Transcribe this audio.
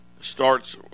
starts